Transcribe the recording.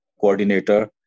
coordinator